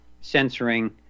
censoring